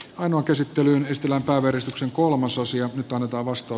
nyt annetaan vastaus ismo soukolan ynnä muuta